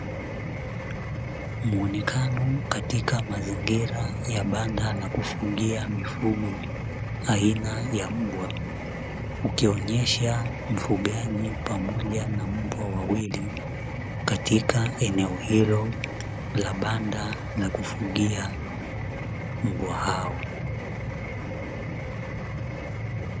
Muonekano katika mazingira ya banda la kufugia mifugo aina ya mbwa ukionyesha mfugaji pamoja na mbwa wawili katika eneo hilo la banda la kufugia mbwa hao.